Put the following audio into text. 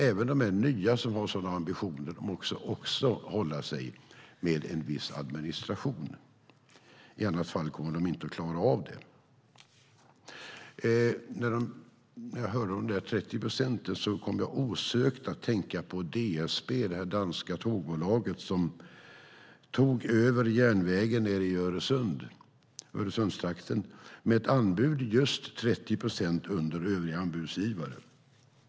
Även de nya som har sådana ambitioner måste nämligen hålla sig med en viss administration. I annat fall kommer de inte att klara av det. När jag hörde om de 30 procenten kom jag osökt att tänka på DSB, det danska tågbolag som tog över järnvägen nere i Öresundstrakten med ett anbud som låg just 30 procent under övriga anbudsgivare.